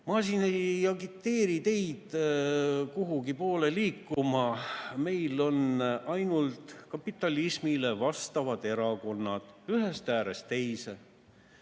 Ma siin ei agiteeri teid kuhugipoole liikuma, Meil on ainult kapitalismile vastavad erakonnad, ühest äärest teise.